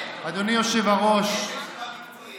אז הוא הוריד אותו ישר.